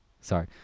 Sorry